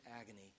agony